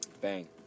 Bang